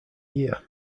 year